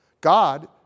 God